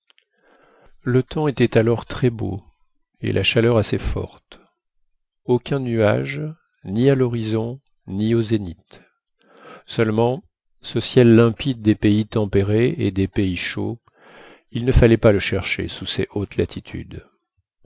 le temps était alors très beau et la chaleur assez forte aucun nuage ni à l'horizon ni au zénith seulement ce ciel limpide des pays tempérés et des pays chauds il ne fallait pas le chercher sous ces hautes latitudes